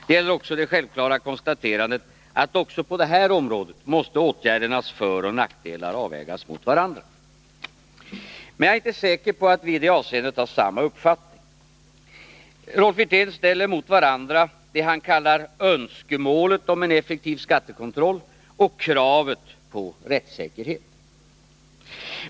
Det gäller också det självklara konstaterandet att åtgärdernas föroch nackdelar också på det här området måste avvägas mot varandra. Men jag är inte säker på att vi i det avseendet har samma uppfattning. Rolf Wirtén ställer mot varandra det han kallar önskemålet om en effektiv skattekontroll och kravet på rättssäkerhet.